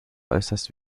äußerst